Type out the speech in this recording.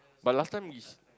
but last time is